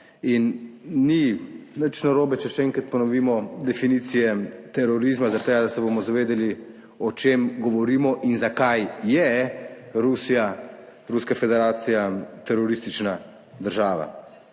in ni nič narobe, če še enkrat ponovimo definicije terorizma, zaradi tega, da se bomo zavedali o čem govorimo in zakaj je Rusija, Ruska federacija teroristična država.